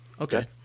Okay